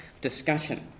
discussion